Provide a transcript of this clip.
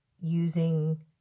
using